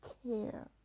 care